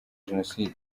jenoside